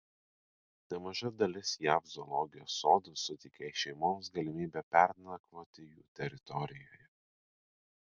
nemaža dalis jav zoologijos sodų suteikia šeimoms galimybę pernakvoti jų teritorijoje